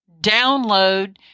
download